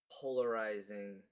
polarizing